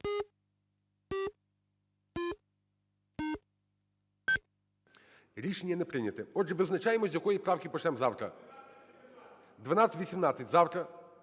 Рішення не прийнято. Отже, визначаємося, з якої правки почнемо завтра. 1218. Завтра